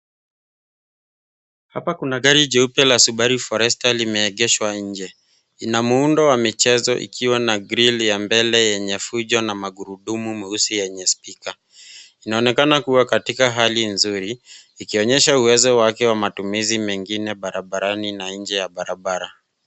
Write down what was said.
Hapa kuna gari jeupe la Subaru Forester limeegeshwa nje. Ina muundo wa michezo ikiwa na grili ya mbele yenye fujo na magurudumu meusi yenye spika. Inaonekana kuwa katika hali nzuri, ikionyesha uwezo wake wa matumizi mengine barabarani na nje ya barabara.